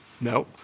No